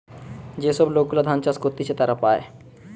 যে সব লোক গুলা ধান চাষ করতিছে তারা পায়